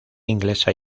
inglesa